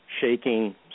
shaking